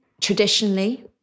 traditionally